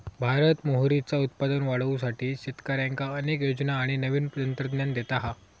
भारत मोहरीचा उत्पादन वाढवुसाठी शेतकऱ्यांका अनेक योजना आणि नवीन तंत्रज्ञान देता हा